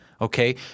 Okay